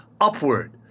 upward